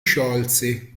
sciolse